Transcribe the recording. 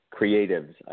creatives